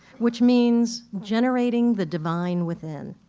which means generating the divine within.